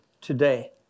today